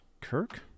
Kirk